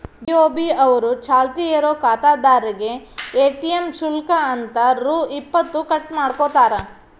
BOB ಅವರು ಚಾಲ್ತಿ ಇರೋ ಖಾತಾದಾರ್ರೇಗೆ ಎ.ಟಿ.ಎಂ ಶುಲ್ಕ ಅಂತ ರೊ ಇಪ್ಪತ್ತು ಕಟ್ ಮಾಡ್ಕೋತಾರ